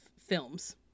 films